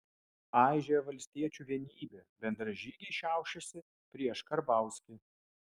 aižėja valstiečių vienybė bendražygiai šiaušiasi prieš karbauskį